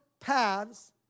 paths